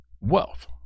wealth